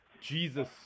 Jesus